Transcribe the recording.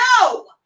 No